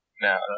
Now